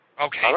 Okay